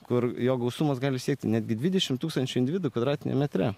kur jo gausumas gali siekti netgi dvidešimt tūkstančių individų kvadratiniame metre